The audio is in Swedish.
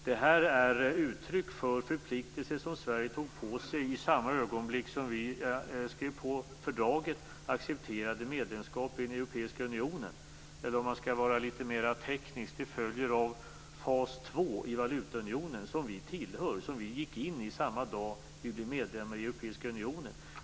Det här är ett uttryck för förpliktelser som Sverige tog på sig i samma ögonblick som fördraget skrevs på, då vi accepterade medlemskap i den europeiska unionen eller, om man skall vara litet mer teknisk, som en följd av fas 2 i valutaunionen, som vi gick in i samma dag som vi blev medlemmar i Europeiska unionen.